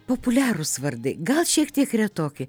populiarūs vardai gal šiek tiek retoki